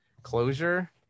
closure